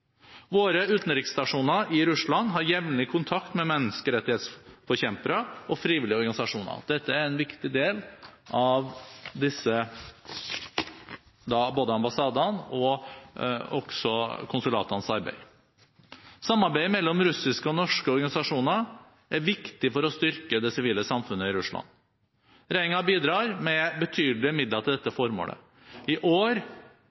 Våre utenriksstasjoner i Russland har jevnlig kontakt med menneskerettighetsforkjempere og frivillige organisasjoner. Dette er en viktig del av disse ambassadenes og konsulatenes arbeid. Samarbeidet mellom russiske og norske organisasjoner er viktig for å styrke det sivile samfunn i Russland. Regjeringen bidrar med betydelige midler til dette formålet. I år